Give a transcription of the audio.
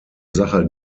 sache